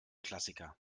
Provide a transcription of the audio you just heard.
klassiker